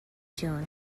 june